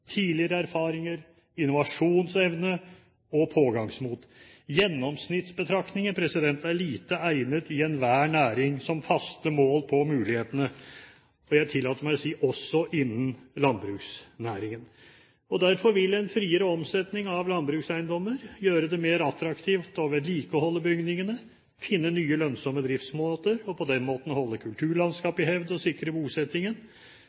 tidligere erfaringer, innovasjonsevne og pågangsmot. Gjennomsnittsbetraktninger er lite egnet i enhver næring som faste mål på mulighetene, og jeg tillater meg å si også innen landbruksnæringen. Derfor vil en friere omsetning av landbrukseiendommer gjøre det mer attraktivt å vedlikeholde bygningene, finne nye, lønnsomme driftsmåter, og på den måten holde kulturlandskapet i hevd og sikre bosettingen,